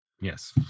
Yes